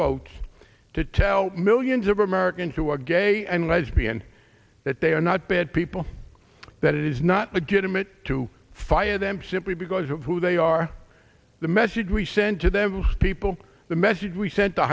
votes to tell millions of americans who are gay and lesbian that they are not bad people that it is not a good image to fire them simply because of who they are the message we send to their people the message we sent